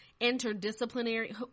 interdisciplinary